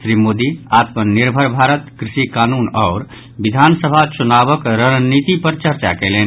श्री मोदी आत्मनिर्भर भारत कृषि कानून अओर विधान सभा चुनावक रणनीति पर चर्चा कयलनि